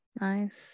nice